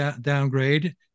downgrade